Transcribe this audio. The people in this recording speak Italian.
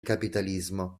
capitalismo